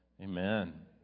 Amen